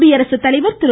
குடியரசுத்தலைவர் திரு